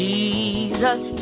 Jesus